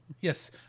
Yes